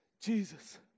Jesus